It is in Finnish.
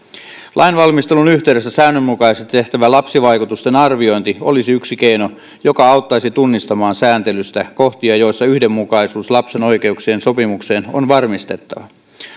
lainvalmistelun yhteydessä säännönmukaisesti tehtävä lapsivaikutusten arviointi olisi yksi keino joka auttaisi tunnistamaan sääntelystä kohtia joissa yhdenmukaisuus lapsen oikeuksien sopimukseen on varmistettava